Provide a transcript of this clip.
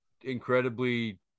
incredibly